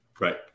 Right